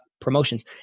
promotions